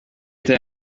leta